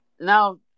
Now